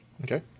Okay